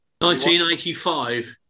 1985